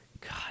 God